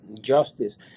justice